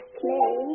play